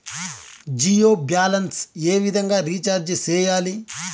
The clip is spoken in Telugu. జియో బ్యాలెన్స్ ఏ విధంగా రీచార్జి సేయాలి?